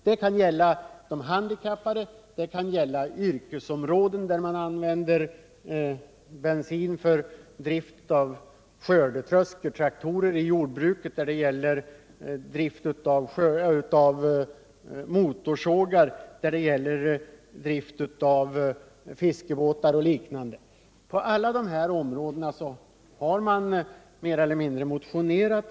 Det kan alltså gälla de handikappade eller sådana yrkesområden där man använder bensin för drift av skördetröskor, jordbrukstraktorer, motorsågar, fiskebåtar osv. I nästan alla dessa fall har man motionerat.